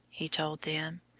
he told them.